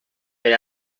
per